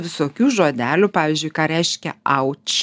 visokių žodelių pavyzdžiui ką reiškia auč